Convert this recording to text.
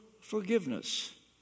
forgiveness